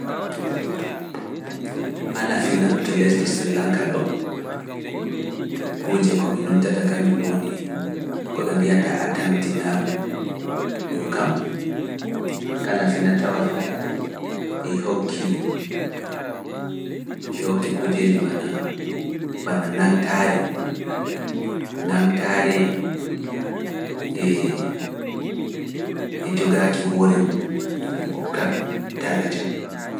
Haala fina to lesdi sri lanka ɗo kujje komi numtata kanjum woni ko ɓe mbiyata Atam Dinam ɗo kam kala fina tawa ɗo e hokki kujeeji bana nangtaare nangtaare e e jogaki hoore mum e ɗum hokka ɗum daraja